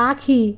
পাখি